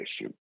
issue